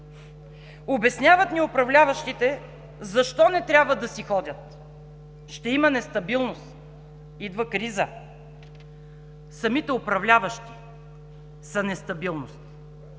Обясняват ни управляващите защо не трябва да си ходят – ще има нестабилност, идва криза. Самите управляващи са нестабилност